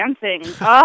Dancing